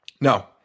no